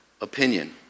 opinion